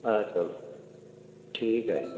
ਹਾਂ ਚਲੋ ਠੀਕ ਹੈ